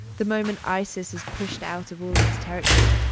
the moment isis is pushed out of all of its territory,